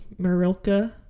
Marilka